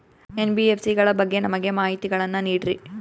NBFC ಗಳ ಬಗ್ಗೆ ನಮಗೆ ಮಾಹಿತಿಗಳನ್ನ ನೀಡ್ರಿ?